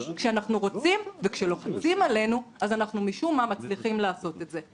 כשאנחנו רוצים וכשלוחצים עלינו אז אנחנו משום מה מצליחים לעשות את זה.